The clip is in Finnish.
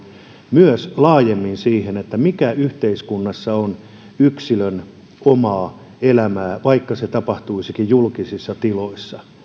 myös laajemmin siihen mikä yhteiskunnassa on yksilön omaa elämää vaikka se tapahtuisikin julkisissa tiloissa